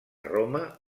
roma